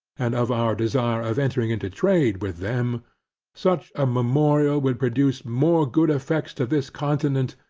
and of our desire of entering into trade with them such a memorial would produce more good effects to this continent,